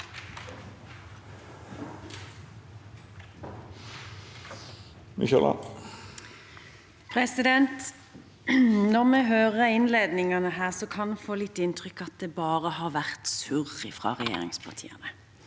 Når vi hører innledningene her, kan en få inntrykk av at det bare har vært surr fra regjeringspartiene,